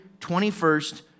21st